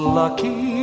lucky